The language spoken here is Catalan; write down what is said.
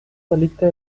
delicte